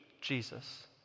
Jesus